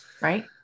Right